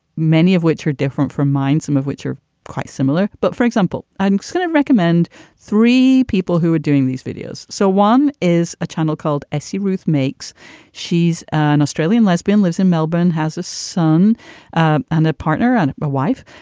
many of which are different from mine, some of which are quite similar. but for example, i'm going to recommend three people who are doing these videos. so is a channel called a c ruth makes she's an australian lesbian, lives in melbourne, has a son and a partner on my wife.